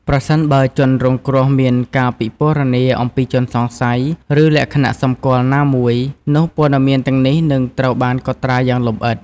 ប្រសិនបើជនរងគ្រោះមានការពិពណ៌នាអំពីជនសង្ស័យ ឬលក្ខណៈសម្គាល់ណាមួយ នោះព័ត៌មានទាំងនេះនឹងត្រូវបានកត់ត្រាយ៉ាងលម្អិត។